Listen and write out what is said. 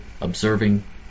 observing